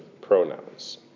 pronouns